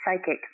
psychic